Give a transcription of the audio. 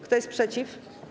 Kto jest przeciw?